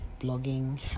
blogging